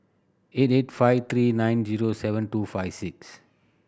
eight eight five three nine zero seven two five six